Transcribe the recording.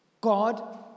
God